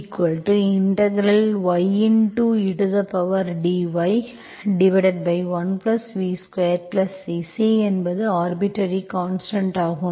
ey y 1y2ey dyC C என்பது arbitrary constant ஆகும்